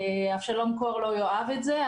אבשלום קור לא יאהב את זה.